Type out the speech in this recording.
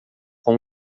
com